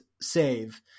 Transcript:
save